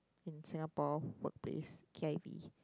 in Singapore workplace K_I_V